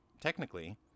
technically